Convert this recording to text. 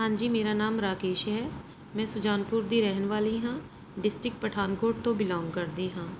ਹਾਂਜੀ ਮੇਰਾ ਨਾਮ ਰਾਕੇਸ਼ ਹੈ ਮੈਂ ਸੁਜਾਨਪੁਰ ਦੀ ਰਹਿਣ ਹਾਂ ਡਿਸਟਿਕ ਪਠਾਨਕੋਟ ਤੋਂ ਬਿਲੋਂਗ ਕਰਦੀ ਹਾਂ